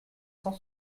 cent